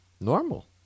normal